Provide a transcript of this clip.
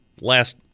last